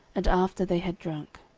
and after they had drunk.